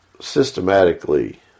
systematically